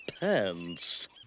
pants